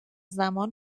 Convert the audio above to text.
زمان